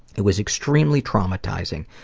it was extremely traumatizing.